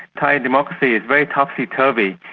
thai democracy is very topsy turvy.